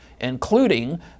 including